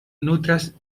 nutras